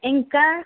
ఇంకా